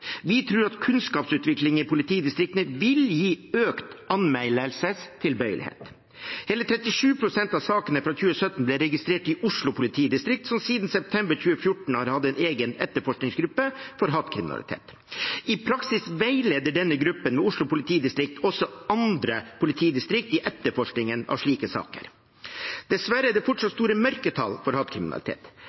Vi tror at kunnskapsutvikling i politidistriktene vil gi økt anmeldelsestilbøyelighet. Hele 37 pst. av sakene fra 2017 ble registrert i Oslo politidistrikt, som siden september 2014 har hatt en egen etterforskningsgruppe for hatkriminalitet. I praksis veileder denne gruppen ved Oslo politidistrikt også andre politidistrikter i etterforskningen av slike saker. Dessverre er det fortsatt store mørketall for hatkriminalitet.